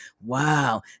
Wow